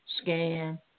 scan